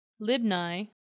Libni